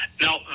Now